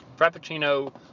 Frappuccino